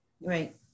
Right